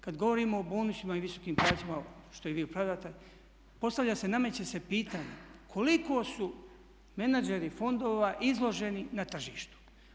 Kad govorimo o bonusima i visokim plaćama što i vi opravdate, postavlja se, nameće se pitanje koliko su menadžeri fondova izloženi na tržištu?